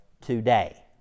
today